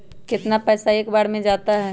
कितना पैसा एक बार में जाता है?